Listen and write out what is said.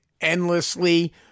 endlessly